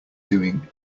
doing